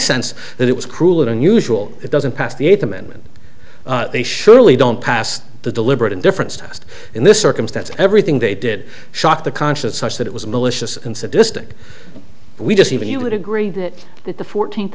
sense that it was cruel and unusual it doesn't pass the eighth amendment they surely don't pass the deliberate indifference test in this circumstance everything they did shock the conscience such that it was malicious insisted we just even you would agree that that the fourteenth